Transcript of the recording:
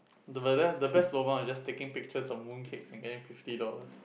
the but then the best lobang is just taking pictures of mooncakes and getting fifty dollars